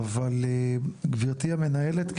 אבל גברתי המנהלת,